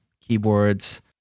keyboards